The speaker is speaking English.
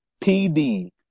PD